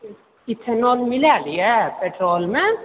ethanol मिलाएल यऽ पेट्रोलमे